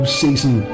season